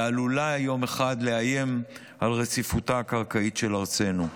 ועלולה יום אחד לאיים על רציפותה הקרקעית של ארצנו.